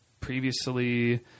previously